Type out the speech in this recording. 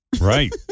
Right